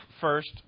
first